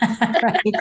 right